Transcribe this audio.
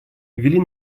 ввели